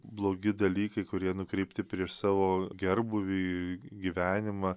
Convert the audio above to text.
blogi dalykai kurie nukreipti prieš savo gerbūvį į gyvenimą